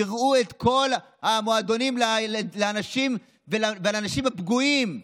תראו את כל המועדונים לאנשים הפגועים.